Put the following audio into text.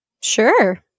Sure